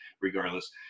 regardless